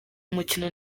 mukino